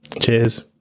cheers